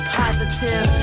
positive